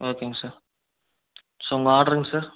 ஓகேங்க sir sir உங்கள் ஆட்ருங்க சார்